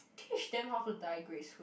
teach them how to die gracefully